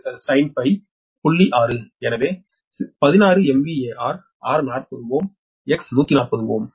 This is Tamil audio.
6 எனவே 16 MVAR R 40 Ω X 140 Ω